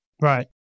Right